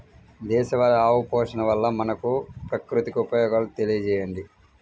దేశవాళీ ఆవు పోషణ వల్ల మనకు, ప్రకృతికి ఉపయోగాలు తెలియచేయండి?